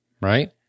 Right